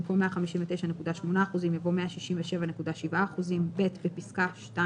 במקום "159.8%" יבוא "167.7%"; בפסקה (2),